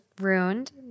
ruined